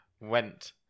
went